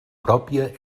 pròpia